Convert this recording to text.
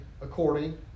according